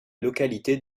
localité